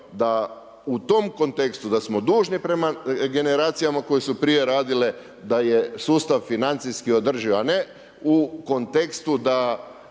da u tom kontekstu, da smo dužni prema generacijama koje su prije radile, da je sustav financijski održiv, a ne u kontekstu, dok